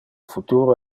futuro